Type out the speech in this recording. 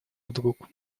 вдруг